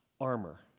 armor